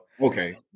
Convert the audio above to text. Okay